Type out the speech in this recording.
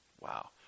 Wow